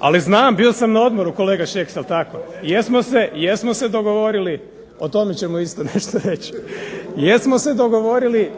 ali znam, bio sam na odmoru kolege Šeks jel tako, jesmo se dogovorili, o tome ćemo isto nešto reći, jesmo se dogovorili